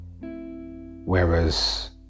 Whereas